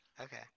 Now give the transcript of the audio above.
Okay